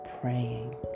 Praying